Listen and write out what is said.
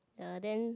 ya then